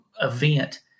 event